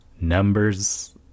numbers